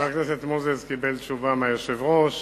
חבר הכנסת מוזס קיבל תשובה מהיושב-ראש.